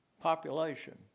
population